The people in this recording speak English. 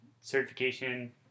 certification